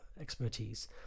expertise